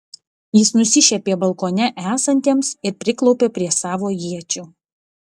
jis nusišiepė balkone esantiems ir priklaupė prie savo iečių